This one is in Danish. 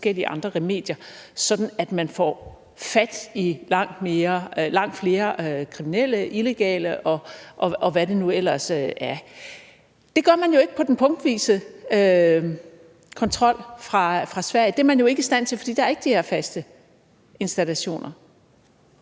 Det gør man jo ikke med den punktvise kontrol fra Sverige. Det er man jo ikke i stand til, for der er ikke de her faste installationer.